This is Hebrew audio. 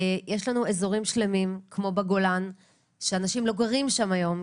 יש לנו אזורים שלמים כמו בגולן שאנשים לא גרים שם היום,